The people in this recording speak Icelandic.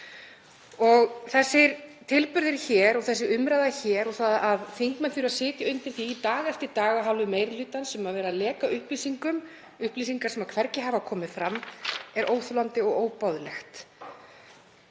Þessir tilburðir hér og þessi umræða hér, og það að þingmenn þurfi að sitja undir því dag eftir dag af hálfu meiri hlutans að leka upplýsingum, upplýsingum sem hvergi hafa komið fram, er óþolandi og óboðlegt.